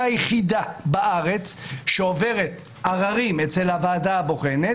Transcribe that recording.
היחידה בארץ שעוברת עררים אצל הוועדה הבוחנת,